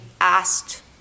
asked